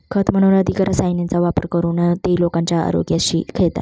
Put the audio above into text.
खत म्हणून अधिक रसायनांचा वापर करून ते लोकांच्या आरोग्याशी खेळतात